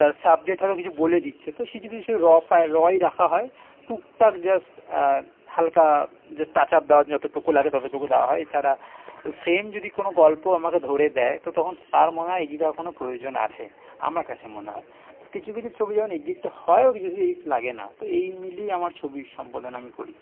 তার সাবজেক্ট হয়তো কিছু বলে দিচ্ছে তো সেই জন্য সেই র ফাইল রই রাখা হয় টুকটাক জাস্ট হালকা যা টাচ আপ দেওয়ার জন্য যতটুকু লাগে ততটুকু দেওয়া হয় এছাড়া ফ্রেম যদি কোনো গল্প আমাকে ধরে দেয় তো তখন তার মনে হয় এডিটের কোনো প্রয়োজন আছে আমার কাছে মনে হয় তো কিছু কিছু ছবি যখন এডিটটা হয় কিছু কিছু এডিট লাগে না তো এই মিলিয়ে আমার ছবির সম্পদনা আমি করি